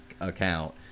account